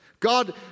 God